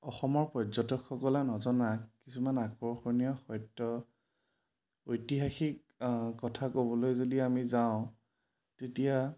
অসমৰ পৰ্যটকসকলে নজনা কিছুমান আকৰ্ষণীয় সত্য ঐতিহাসিক কথা ক'বলৈ যদি আমি যাওঁ তেতিয়া